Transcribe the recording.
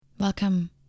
Welcome